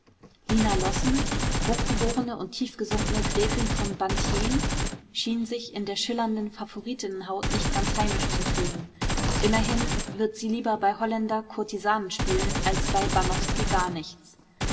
lina lossen hochgeborene und tiefgesunkene gräfin von bantin schien sich in der schillernden favoritinnenhaut nicht ganz heimisch zu fühlen immerhin wird sie lieber bei holländer courtisanen spielen als bei barnowsky gar nichts